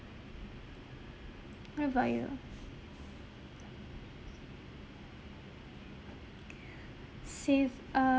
what about you you save ah